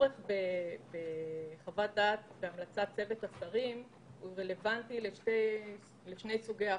הצורך בהמלצת צוות השרים רלוונטי לשני סוגי ההכרזות.